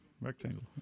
rectangle